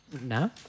No